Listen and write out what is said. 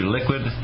liquid